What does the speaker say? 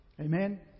Amen